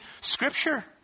Scripture